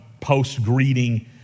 post-greeting